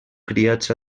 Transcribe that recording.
criats